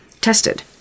tested